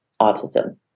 autism